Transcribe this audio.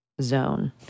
zone